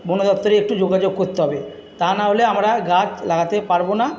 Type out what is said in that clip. বনদপ্তরে একটু যোগাযোগ করতে হবে তা না হলে আমরা গাছ লাগাতে পারব না